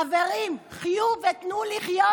חברים, חיו ותנו לחיות.